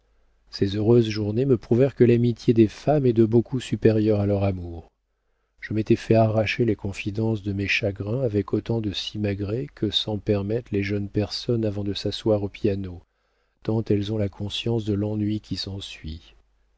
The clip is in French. ces heureuses journées me prouvèrent que l'amitié des femmes est de beaucoup supérieure à leur amour je m'étais fait arracher les confidences de mes chagrins avec autant de simagrées que s'en permettent les jeunes personnes avant de s'asseoir au piano tant elles ont la conscience de l'ennui qui s'ensuit